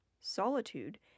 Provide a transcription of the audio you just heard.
Solitude